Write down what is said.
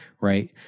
right